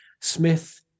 Smith